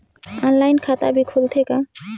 Online खाता भी खुलथे का?